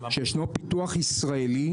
שישנו פיתוח ישראלי,